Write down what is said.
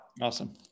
Awesome